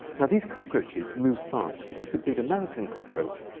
now, these cockroaches move fast. this is the big american cockroach.